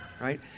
right